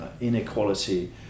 inequality